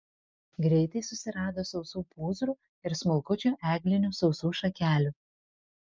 greitai susirado sausų pūzrų ir smulkučių eglinių sausų šakelių